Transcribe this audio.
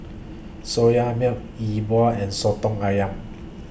Soya Milk E Bua and Soto Ayam